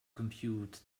compute